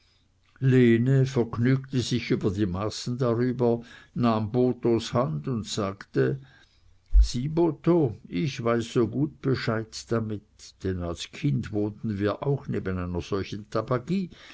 lene vergnügte sich über die maßen darüber nahm bothos hand und sagte sieh botho ich weiß so gut bescheid damit denn als kind wohnten wir auch neben einer solchen